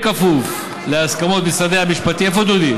בכפוף להסכמות משרד המשפטים, איפה דודי?